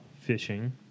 fishing